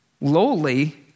lowly